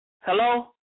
Hello